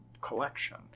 collection